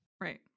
Right